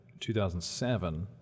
2007